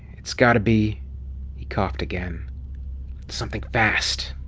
it's got to be he coughed again something fast.